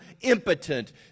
impotent